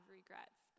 regrets